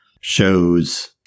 shows